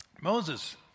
Moses